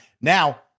Now